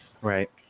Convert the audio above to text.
Right